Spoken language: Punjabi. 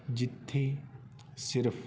ਜਿੱਥੇ ਸਿਰਫ਼